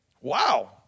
Wow